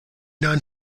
non